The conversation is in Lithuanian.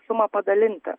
sumą padalinti